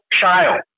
child